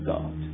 God